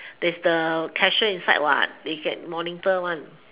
there's the cashier inside what they can monitor one